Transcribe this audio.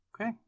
Okay